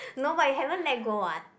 no I haven't let go one